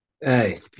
Hey